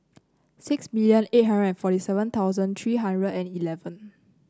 six million eight hundred forty seven thousand three hundred and eleven